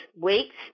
week's